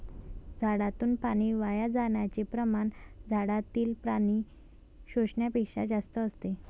झाडातून पाणी वाया जाण्याचे प्रमाण झाडातील पाणी शोषण्यापेक्षा जास्त असते